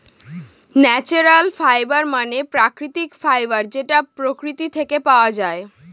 natural fibre মানে প্রাকৃতিক fibre যেটা প্রকৃতি থেকে পাওয়া যায়